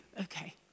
okay